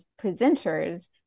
presenters